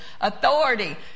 authority